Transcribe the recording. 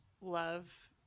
love